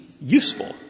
useful